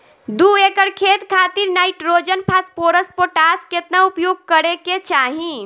दू एकड़ खेत खातिर नाइट्रोजन फास्फोरस पोटाश केतना उपयोग करे के चाहीं?